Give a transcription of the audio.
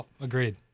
agreed